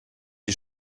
die